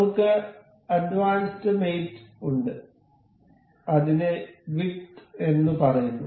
നമ്മുക്ക് അഡ്വാൻസ്ഡ്മേറ്റ് ഉണ്ട് അതിനെ വിഡ്ത് എന്ന് പറയുന്നു